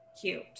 cute